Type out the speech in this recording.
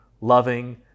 loving